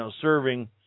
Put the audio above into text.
serving